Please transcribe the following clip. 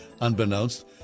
unbeknownst